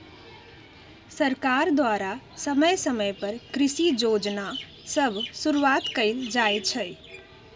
सरकार द्वारा समय समय पर कृषि जोजना सभ शुरुआत कएल जाइ छइ